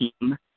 team